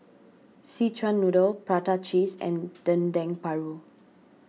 Szechuan Noodle Prata Cheese and Dendeng Paru